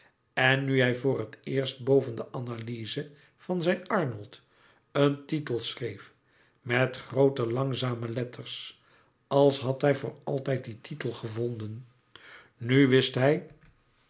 en nu hij voor het eerst boven de analyze van zijn arnold een titel schreef met groote langzame letters als had hij voor altijd dien titel gevonden nu wist hij